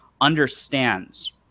understands